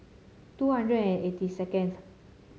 two hundred and eighty seconds